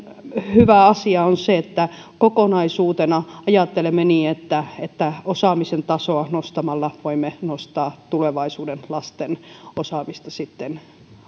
hyvä asia on se että kokonaisuutena ajattelemme niin että että osaamisen tasoa nostamalla voimme nostaa tulevaisuuden lasten osaamista sitten